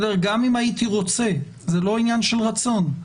גם אם הייתי רוצה, זה לא עניין של רצון.